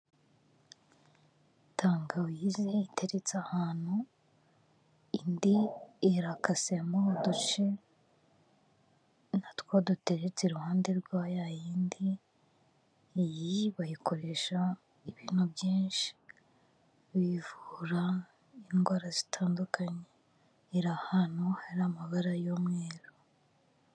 Tangawizi iteretse ahantu, indi irakasemo uduce na two duteretse iruhande rwa ya yindi. Iyi bayikoresha ibintu byinshi, bivura indwara zitandukanye. Iri ahantu hari amabara y'umweru.